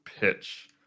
pitch